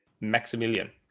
Maximilian